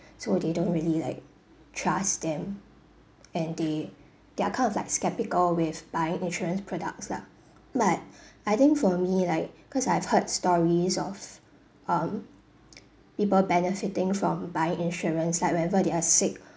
so they don't really like trust them and they they're kind of like sceptical with buying insurance products lah but I think for me like cause I've heard stories of um people benefiting from buying insurance like whenever they are sick